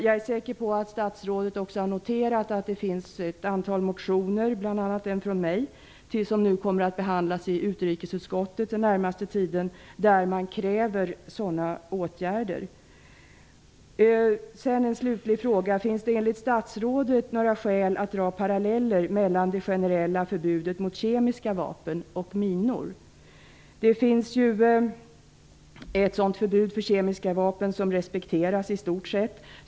Jag är säker på att statsrådet också har noterat att det har väckts ett antal motioner, bl.a. en av mig, där sådana åtgärder krävs och som nu kommer att behandlas i utrikesutskottet den närmaste tiden. Jag vill slutligen ställa en fråga: Finns det enligt statsrådet några skäl att dra paralleller mellan det generella förbudet mot kemiska vapen och minor? Det finns ju ett sådant förbud mot kemiska vapen som i stort sett respekteras.